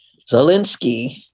Zelensky